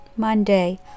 Monday